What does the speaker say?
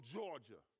Georgia